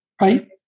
right